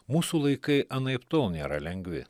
mūsų laikai anaiptol nėra lengvi